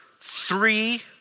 three